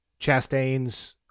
Chastain's